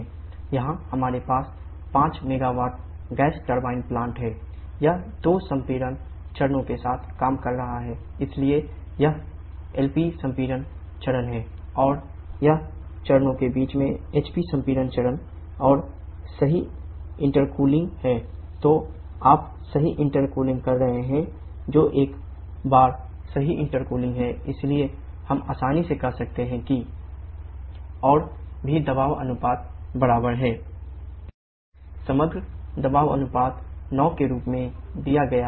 यहां हमारे पास 5 MW गैस टरबाइन प्लांट है इसलिए हम आसानी से कह सकते हैं कि 𝑇3 𝑇1 और भी दबाव अनुपात बराबर है P2P1P4P3 समग्र दबाव अनुपात 9 के रूप में दिया गया है